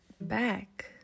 back